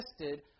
tested